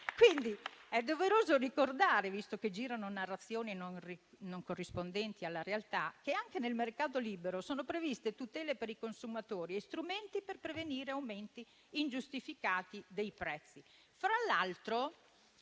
quindi ricordare, visto che girano narrazioni non corrispondenti alla realtà, che anche nel mercato libero sono previsti tutele per i consumatori e strumenti per prevenire aumenti ingiustificati dei prezzi.